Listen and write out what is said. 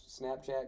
snapchat